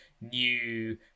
new